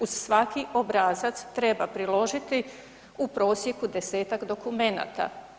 Uz svaki obrazac treba priložiti u prosjeku 10-ak dokumenata.